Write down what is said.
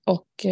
Och